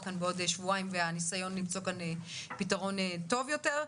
כאן בעוד שבועיים והנסיון למצוא כאן פתרון טוב יותר.